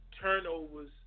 turnovers